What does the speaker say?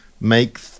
make